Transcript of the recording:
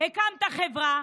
הקמת חברה,